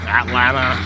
atlanta